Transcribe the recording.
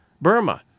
Burma